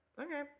Okay